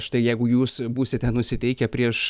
štai jeigu jūs būsite nusiteikę prieš